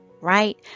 Right